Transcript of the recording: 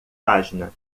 página